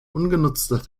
ungenutzte